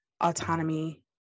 autonomy